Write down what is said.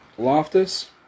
Loftus